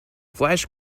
flash